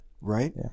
right